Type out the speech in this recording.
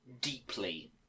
deeply